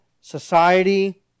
society